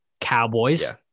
cowboys